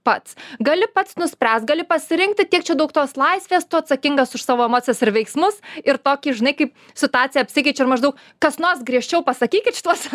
pats gali pats nuspręst gali pasirinkti tiek čia daug tos laisvės tu atsakingas už savo emocijas ar veiksmus ir tokį žinai kaip situacija apsikeičia ir maždaug kas nors griežčiau pasakykit šituose